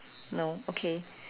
no okay